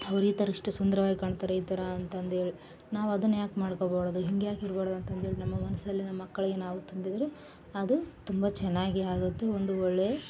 ಅವ್ರು ಈ ಥರ ಎಷ್ಟು ಸುಂದರವಾಗಿ ಕಾಣ್ತಾರೆ ಈ ಥರ ಅಂತಂದೇಳಿ ನಾವು ಅದನ್ನು ಯಾಕೆ ಮಾಡ್ಕೋಬಾರದು ಹಿಂಗೆ ಯಾಕೆ ಇರಬಾಡ್ದ್ ಅಂತಂದೇಳಿ ನಮ್ಮ ಮನಸಲ್ಲಿ ನಮ್ಮ ಮಕ್ಕಳಿಗೆ ನಾವು ತುಂಬಿದರೆ ಅದು ತುಂಬ ಚೆನ್ನಾಗಿ ಆಗುತ್ತೆ ಒಂದು ಒಳ್ಳೆಯ